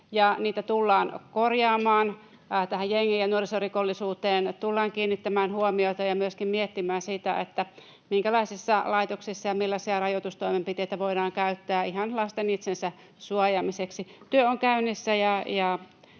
niitä tullaan korjaamaan. Tähän jengi- ja nuorisorikollisuuteen tullaan kiinnittämään huomiota ja myöskin miettimään sitä, minkälaisessa laitoksessa ja millaisia rajoitustoimenpiteitä voidaan käyttää ihan lasten itsensä suojaamiseksi. Työ on käynnissä,